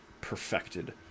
perfected